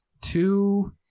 two